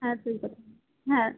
হ্যাঁ হ্যাঁ